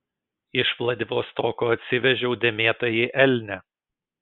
iš vladivostoko atsivežiau dėmėtąjį elnią